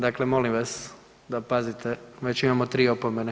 Dakle, molim vas da pazite, već imamo 3 opomene.